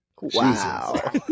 wow